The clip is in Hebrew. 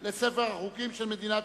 42 בעד, אחד נגד, אין נמנעים.